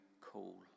call